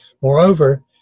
Moreover